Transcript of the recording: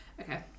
Okay